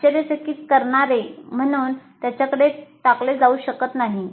हे आश्चर्यचकित करणारे म्हणून त्यांच्याकडे टाकले जाऊ शकत नाही